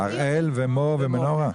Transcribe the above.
הראל ומור ומנורה?